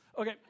Okay